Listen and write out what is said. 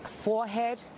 forehead